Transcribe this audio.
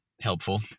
helpful